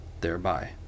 thereby